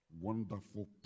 Wonderful